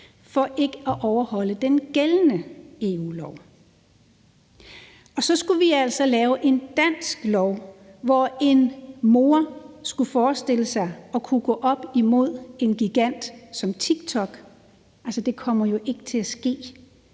for ikke at overholde den gældende EU-lov. Og så skulle vi altså lave en dansk lov, hvor man skal forestille sig, at en mor kunne gå op imod en gigant som TikTok – altså, det kommer jo ikke til at ske.